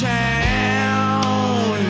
town